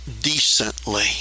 decently